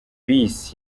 bus